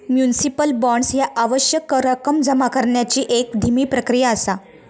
municipal bonds ह्या आवश्यक रक्कम जमा करण्याची एक धीमी प्रक्रिया असा